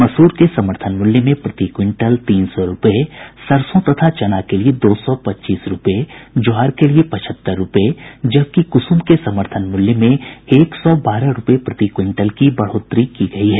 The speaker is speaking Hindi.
मसूर के समर्थन मूल्य में प्रति क्विंटल तीन सौ रुपये सरसों तथा चना के लिए दो सौ पच्चीस रुपये ज्वार के लिए पचहत्तर रुपये जबकि कुसुम के समर्थन मूल्य मेंएक सौ बारह रुपये प्रति क्विंटल की बढ़ोतरी की गई है